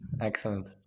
Excellent